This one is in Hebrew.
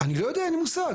אני לא יודע, אין לי מושג.